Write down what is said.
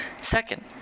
Second